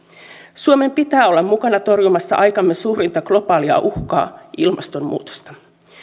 suomen pitää olla mukana torjumassa aikamme suurinta globaalia uhkaa ilmastonmuutosta